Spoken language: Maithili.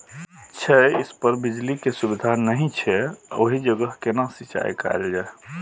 छै इस पर बिजली के सुविधा नहिं छै ओहि जगह केना सिंचाई कायल जाय?